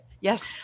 Yes